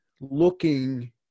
looking